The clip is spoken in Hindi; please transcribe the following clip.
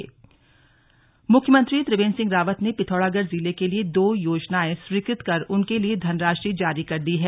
सीएम पिथौरागढ़ मुख्यमंत्री त्रिवेंद्र सिंह रावत ने पिथौरागढ़ जिले के लिए दो योजनाएं स्वीकृत कर उनके लिए धनराशि जारी कर दी है